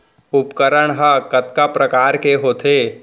उपकरण हा कतका प्रकार के होथे?